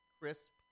crisp